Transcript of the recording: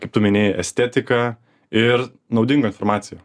kaip tu minėjai estetika ir naudinga informacija